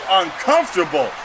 uncomfortable